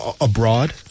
abroad